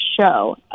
show